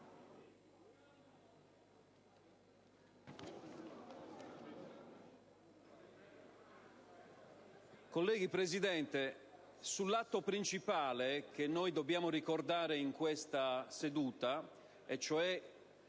colleghi, sull'atto principale che dobbiamo ricordare in questa seduta, e cioè